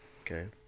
Okay